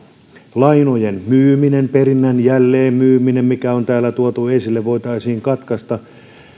lainojen myyminen perinnän jälleenmyyminen mikä on täällä tuotu esille voitaisiin katkaista